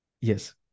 Yes